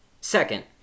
Second